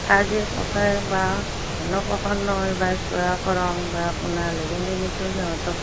কাজে প্ৰসাৰে বা অন্নপ্ৰাশনয়ে বা চুলাকৰণ বা আপোনাৰ লুগুণদানীটো সিহঁতক